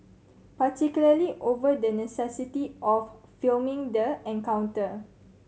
particularly over the necessity of filming the encounter